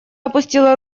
опустила